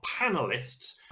panelists